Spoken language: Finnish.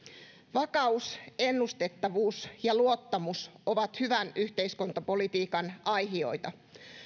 vakaus ennustettavuus ja luottamus ovat hyvän yhteiskuntapolitiikan aihioita